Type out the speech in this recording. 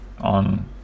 on